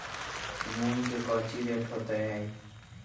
मूंग के कौची रेट होते हई?